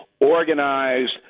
organized